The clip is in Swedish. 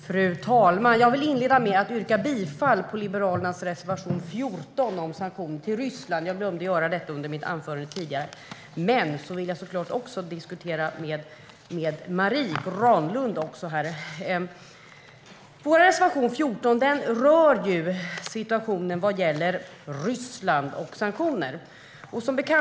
Fru talman! Jag vill inleda med att yrka bifall till Liberalernas reservation 14 om sanktioner mot Ryssland. Jag glömde att göra det under mitt anförande tidigare. Men jag vill såklart också diskutera med Marie Granlund. Vår reservation 14 rör situationen i Ryssland och sanktioner.